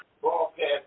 broadcast